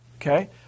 Okay